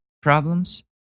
problems